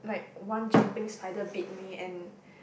one jumping spider bit me and